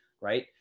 right